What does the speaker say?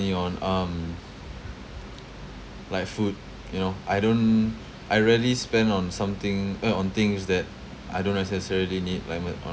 ~ney on um like food you know I don't I rarely spend on something uh on things that I don't necessarily need like that lah